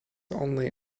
only